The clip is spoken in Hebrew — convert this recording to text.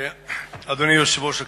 אדוני יושב-ראש הכנסת,